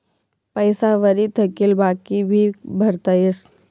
पैसा वरी थकेल बाकी भी भरता येस